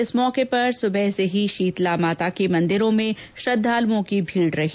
इस अवसर पर आज सुबह से ही शीतला माता के मंदिरों में श्रद्वालूओं की भीड रही